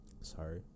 sorry